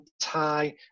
tie